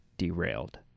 derailed